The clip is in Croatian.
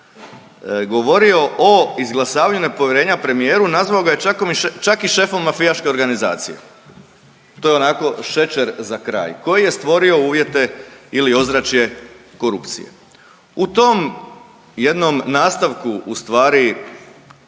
govorio o izglasavanju nepovjerenja premijeru nazvao ga je čak i šefom mafijaške organizacije, to je onako šećer za kraj, koji je stvorio uvjete ili ozračje korupcije. U tom jednom nastavku ustvari,